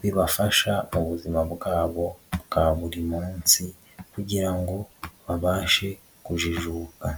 bibafasha mu buzima bwabo bwa buri munsi kugira ngo babashe kujijuka.